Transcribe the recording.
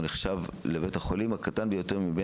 והוא נחשב לבית החולים הקטן ביותר מבין